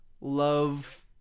love